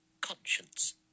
Conscience